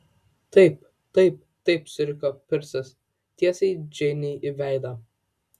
taip taip taip suriko pirsas tiesiai džeinei į veidą